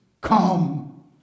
come